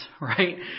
right